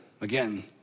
again